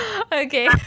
Okay